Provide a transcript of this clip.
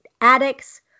addicts